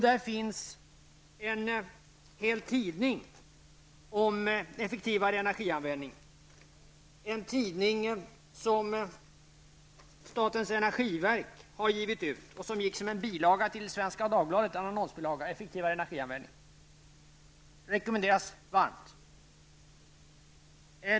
Där finns även en hel tidning om effektivare energianvändning, en tidning som statens energiverk har gett ut och som var bilaga till Svenska Dagbladets annonsbilaga om effektivare energianvändning. Den rekommenderas varmt.